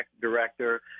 director